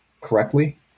correctly